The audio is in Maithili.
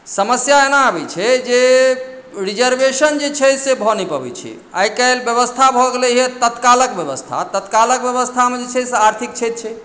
समस्या एना अबैत छै जे रिजर्वेशन जे छै से भऽ नहि पबैत छै आइकाल्हि व्यवस्था भऽ गेलैए तत्कालक व्यवस्था तत्कालक व्यवस्थामे जे छै से आर्थिक क्षति छै